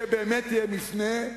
שבאמת יהיה מפנה,